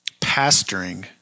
pastoring